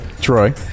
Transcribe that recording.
Troy